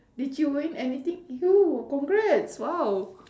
did you win anything !woo! congrats !wow!